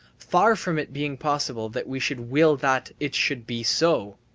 far from it being possible that we should will that it should be so.